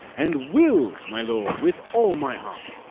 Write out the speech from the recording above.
and will, my lord, with all my heart.